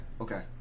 okay